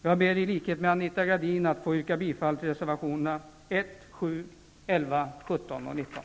Jag ber att i likhet med Anita Gradin få yrka bifall till reservationerna 1, 7, 11, 17 och 19.